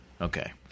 Okay